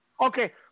Okay